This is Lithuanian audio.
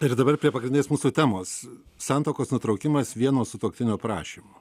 ir dabar prie pagrindinės mūsų temos santuokos nutraukimas vieno sutuoktinio prašymu